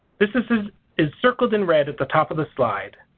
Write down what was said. this this is is circled in red at the top of the slide.